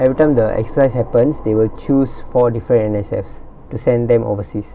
everytime the exercise happens they will choose four different N_S_F to send them overseas